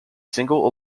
single